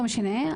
לא משנה,